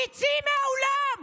תצאי מהאולם.